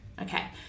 okay